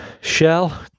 shell